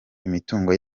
imitungo